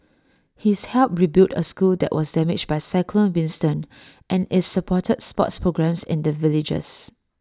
he's helped rebuild A school that was damaged by cyclone Winston and is supported sports programmes in the villages